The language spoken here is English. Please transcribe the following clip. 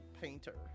painter